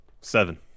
seven